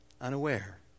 Unaware